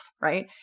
right